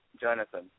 Jonathan